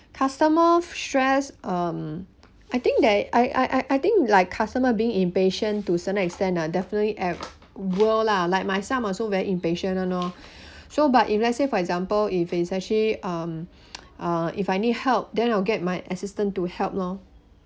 customer stress um I think that I I I I think like customer being impatient to certain extent uh definitely a~ will lah like myself also very impatient one lor so but if let's say for example if it's actually um uh if I need help then I'll get my assistant to help lor